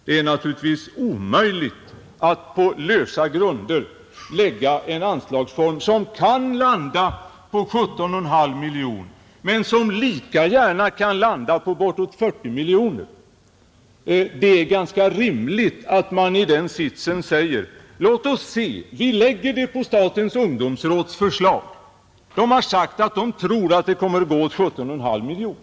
Man kan inte på så lösa grunder fastställa en anslagsform som kan kräva 17,5 miljoner men lika gärna bortåt 40 miljoner. Det är ganska rimligt att i en sådan sits säga: Låt oss se; vi går här på statens ungdomsråds förslag. Där har man sagt sig tro att det kommer att gå åt 17,5 miljoner.